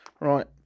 Right